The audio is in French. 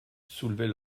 soulevait